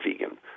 vegan